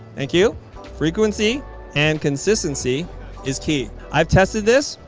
thank you frequency and consistency is key. i've tested this.